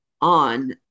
on